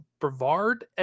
Brevard